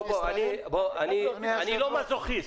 אני לא מזוכיסט.